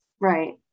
Right